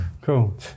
Cool